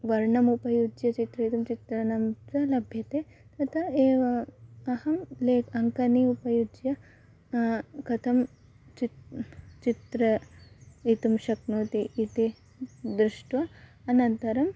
वर्णमुपयुज्य चित्रयितुं चित्रणं च लभ्यते तदा एव अहं लेक् अङ्कनीमुपयुज्य कथं चित् चित्रयितुं शक्नोति इति दृष्ट्वा अनन्तरम्